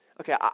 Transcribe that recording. Okay